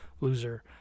loser